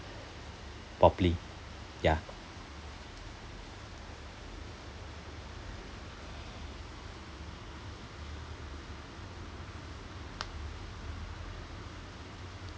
properly ya